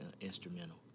instrumental